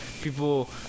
people